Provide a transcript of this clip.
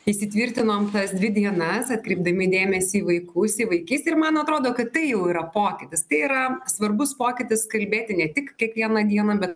įsitvirtinom tas dvi dienas atkreipdami dėmesį į vaikus į vaikystę ir man atrodo kad tai jau yra pokytis tai yra svarbus pokytis kalbėti ne tik kiekvieną dieną bet